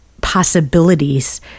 possibilities